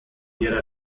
guiar